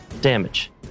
Damage